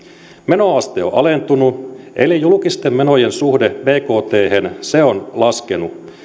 menoaste on alentunut eli julkisten menojen suhde bkthen on laskenut